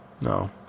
no